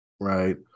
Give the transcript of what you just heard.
right